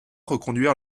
reconduire